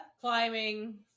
Climbing